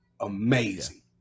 amazing